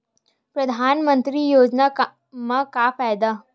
परधानमंतरी योजना म का फायदा?